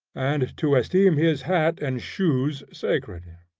and to esteem his hat and shoes sacred.